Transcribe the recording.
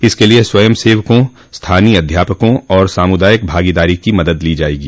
इसके लिए स्वयंसेवकों स्थानीय अध्यापकों और सामुदायिक भागीदारी की मदद ली जाएगी